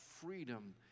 freedom